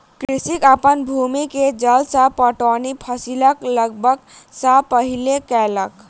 कृषक अपन भूमि के जल सॅ पटौनी फसिल लगबअ सॅ पहिने केलक